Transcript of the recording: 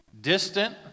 distant